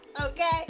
Okay